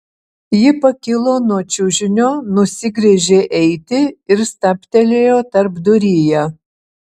ji pakilo nuo čiužinio nusigręžė eiti ir stabtelėjo tarpduryje